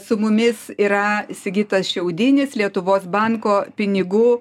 su mumis yra sigitas šiaudinis lietuvos banko pinigų